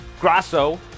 Grasso